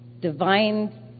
divine